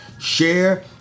share